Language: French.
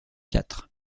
quatre